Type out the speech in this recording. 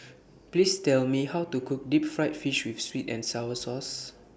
Please Tell Me How to Cook Deep Fried Fish with Sweet and Sour Sauce